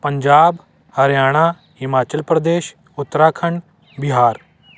Punjab Haryana Himachal Pradesh Uttarakhand Bihar